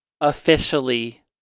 officially